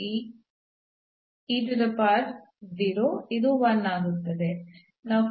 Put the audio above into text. ಈ ಇದು 1 ಆಗುತ್ತದೆ